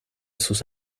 sus